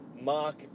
Mark